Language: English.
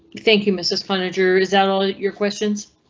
thank you mrs furniture. is that all your questions.